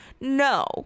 no